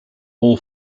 all